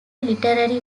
literary